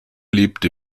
lebte